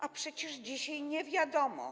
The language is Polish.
A przecież dzisiaj nic nie wiadomo.